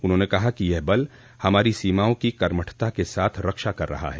उन्होंने कहा कि यह बल हमारी सीमाओं की कर्मठता के साथ रक्षा कर रहा है